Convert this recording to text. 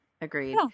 Agreed